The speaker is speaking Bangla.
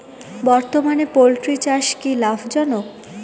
বর্তমানে পোলট্রি চাষ কি লাভজনক?